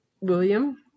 William